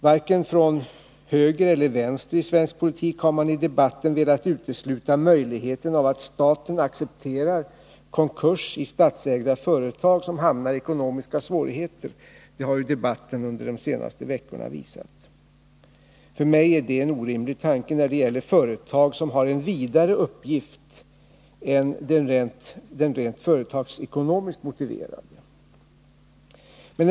Varken från höger eller vänster i svensk politik har man i debatten velat utesluta möjligheten att staten accepterar konkurs i statsägda företag som hamnar i ekonomiska svårigheter — det har debatten under de senaste veckorna visat. För mig är det en orimlig tanke när det gäller företag som har en vidare uppgift än den rent företagsekonomiskt motiverade.